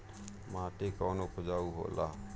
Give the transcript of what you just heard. माटी कौन उपजाऊ होला?